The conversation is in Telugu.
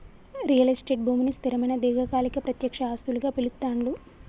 రియల్ ఎస్టేట్ భూమిని స్థిరమైన దీర్ఘకాలిక ప్రత్యక్ష ఆస్తులుగా పిలుత్తాండ్లు